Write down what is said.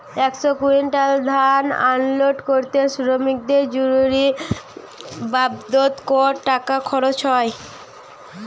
একশো কুইন্টাল ধান আনলোড করতে শ্রমিকের মজুরি বাবদ কত টাকা খরচ হয়?